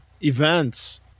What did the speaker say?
events